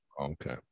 Okay